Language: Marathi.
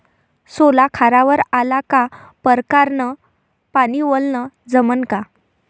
सोला खारावर आला का परकारं न पानी वलनं जमन का?